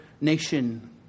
nation